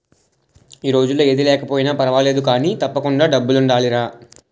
ఈ రోజుల్లో ఏది లేకపోయినా పర్వాలేదు కానీ, తప్పకుండా డబ్బులుండాలిరా